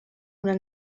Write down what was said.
una